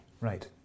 Right